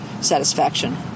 satisfaction